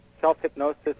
self-hypnosis